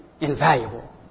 invaluable